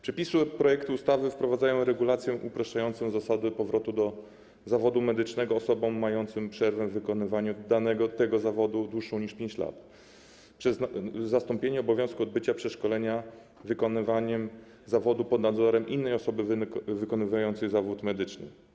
Przepisy projektu ustawy wprowadzają regulację upraszczającą zasady powrotu do zawodu medycznego, jeśli chodzi o osoby mające przerwę w wykonywaniu danego zawodu dłuższą niż 5 lat, przez zastąpienie obowiązku odbycia przeszkolenia wykonywaniem zawodu pod nadzorem innej osoby wykonującej zawód medyczny.